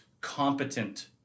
competent